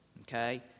Okay